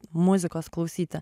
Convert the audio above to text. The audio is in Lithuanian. muzikos klausyti